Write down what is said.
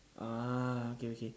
ah okay okay